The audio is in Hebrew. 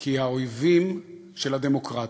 כי האויבים של הדמוקרטיה,